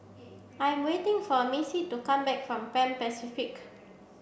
I'm waiting for Missy to come back from Pan Pacific